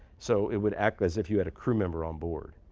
so it would act as if you had a crew member on board.